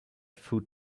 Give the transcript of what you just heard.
food